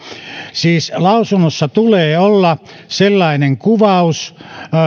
siis lausunnossa tulee olla sellainen kuvaus